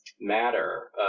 matter